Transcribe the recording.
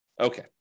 Okay